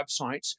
websites